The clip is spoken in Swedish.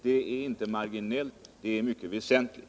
Det är inte marginellt — det är mycket väsentligt.